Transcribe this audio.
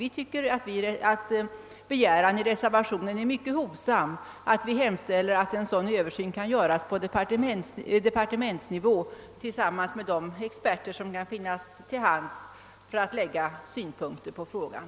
Vi tycker att begäran i reservationen är mycket hovsam. Det heter ju där att en översyn kan göras på departementsnivå med biträde av de experter som kan finnas till hands för att anlägga synpunkter på frågan.